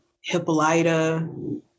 Hippolyta